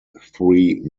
three